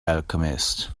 alchemist